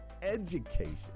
education